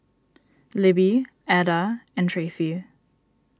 Libby Adda and Tracey